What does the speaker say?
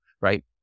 right